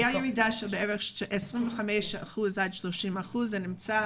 הייתה ירידה של בערך 25% - 30% בחיסונים.